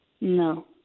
No